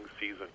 season